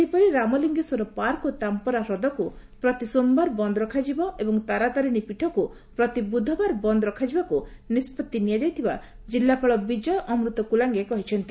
ସେହିପରି ରାମଲିଙେଶ୍ୱର ପାର୍କ ଓ ତାମ୍ପରା ହ୍ରଦକୁ ପ୍ରତି ସୋମବାର ବନ୍ଦ ରଖାଯିବ ଏବଂ ତାରାତାରିଶୀ ପୀଠକୁ ପ୍ରତି ବୁଧବାର ବନ୍ଦ ରଖାଯିବାକୁ ନିଷ୍ବତି ନିଆଯାଇଥିବା ଜିଲ୍ଲା ବିଜୟ ଅମୃତ କୁଲାଙ୍ଗି କହିଛନ୍ତି